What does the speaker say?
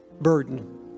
burden